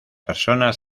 personas